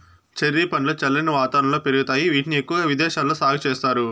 cherry పండ్లు చల్లని వాతావరణంలో పెరుగుతాయి, వీటిని ఎక్కువగా విదేశాలలో సాగు చేస్తారు